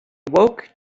woke